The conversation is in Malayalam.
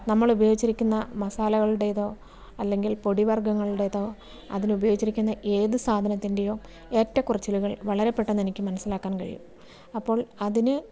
നമ്മളുപയോഗിച്ചിരിക്കുന്ന മസാലകളുടേതോ അല്ലെങ്കിൽ പൊടി വർഗ്ഗങ്ങളുടേതോ അതിനുപയോഗിച്ചിരിക്കുന്ന ഏത് സാധനത്തിൻ്റെയോ ഏറ്റകുറച്ചിലുകൾ വളരെ പെട്ടെന്ന് എനിക്ക് മനസ്സിലാക്കാൻ കഴിയും അപ്പോൾ അതിന്